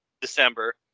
December